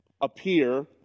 appear